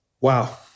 wow